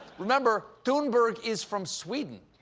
remember, thunberg is from sweden,